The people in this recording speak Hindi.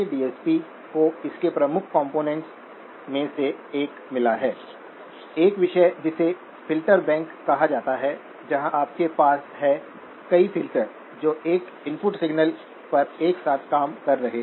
ऑपरेटिंग पॉइंट पर यह 1 वोल्ट पर था वृद्धि शून्य है यह 1 वोल्ट पर बना रहेगा